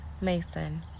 Mason